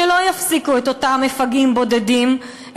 שלא יפסיקו את אותם מפגעים בודדים,